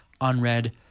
unread